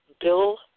Bill